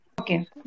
Okay